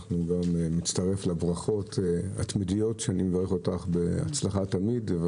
אני מצטרף לברכות התמידיות שאני מברך אותך בהצלחה תמיד,